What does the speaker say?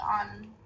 on